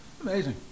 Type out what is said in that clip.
Amazing